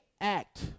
act